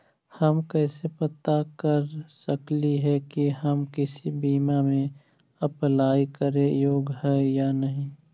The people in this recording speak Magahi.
हम कैसे पता कर सकली हे की हम किसी बीमा में अप्लाई करे योग्य है या नही?